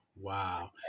wow